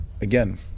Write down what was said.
again